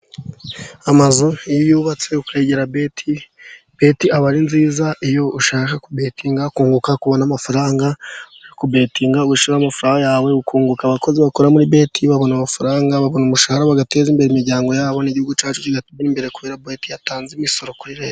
Amazu iyo yubatse ukayagira beti ,beti aba ari nziza iyo ushaka kunguka ,kubona amafaranga uri kubetinga gushyiraho amafaranga yawe, kunguka abakozi bakora muri beti babona umushahara bagateza imbere imiryango yabo n'igihugu cyacu ,kigatuma imbere kubera beti yatanze imisoro kuri leta.